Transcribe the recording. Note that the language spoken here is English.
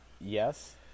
yes